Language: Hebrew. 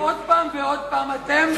עוד פעם ועוד פעם הפרתם את ההבטחות שלכם לבוחרים,